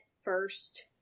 first